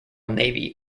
navy